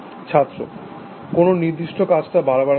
ছাত্র কোন নির্দিষ্ট কাজটা বার বার করা হয়